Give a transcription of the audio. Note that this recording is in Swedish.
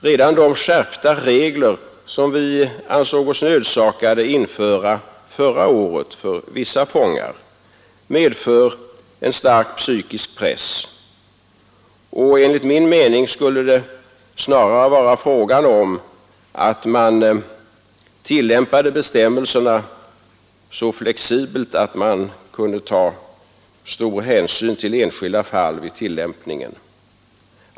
Redan de skärpta regler som vi ansåg oss nödsakade att 5, och enligt införa förra året för vissa fångar medför en stark psykisk pre min mening skulle man snarare tillämpa bestämmelserna så flexibelt att man kunde ta stor hänsyn till enskilda fall vid tillämpningen.